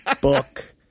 book